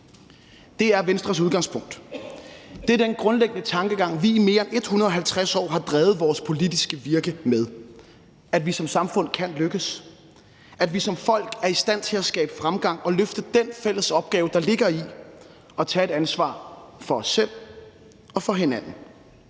Det er Venstres udgangspunkt. Det er den grundlæggende tankegang, vi i mere end 150 år har drevet vores politiske virke med, altså at vi som samfund kan lykkes, at vi som folk er i stand til at skabe fremgang og løfte den fælles opgave, der ligger i at tage et ansvar for os selv og for hinanden.